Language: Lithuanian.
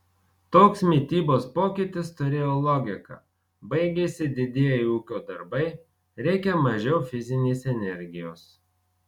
toks mitybos pokytis turėjo logiką baigėsi didieji ūkio darbai reikia mažiau fizinės energijos